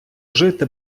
жити